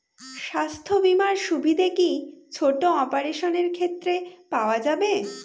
স্বাস্থ্য বীমার সুবিধে কি ছোট অপারেশনের ক্ষেত্রে পাওয়া যাবে?